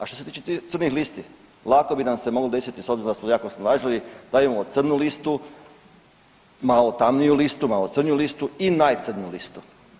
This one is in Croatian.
A što se tiče crnih listi lako bi nam se moglo desiti s obzirom da smo jako snalažljivi da imamo crnu listu, malo tamniju listu, malo crniju listu i najcrniju listu.